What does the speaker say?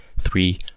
three